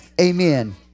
Amen